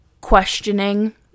questioning